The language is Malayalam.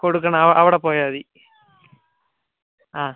കൊടുക്കണം അവിടെ പോയാൽ മതി ആ